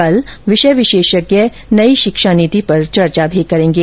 कल विषय विशेषज्ञ नई शिक्षा नीति पर चर्चा करेंगे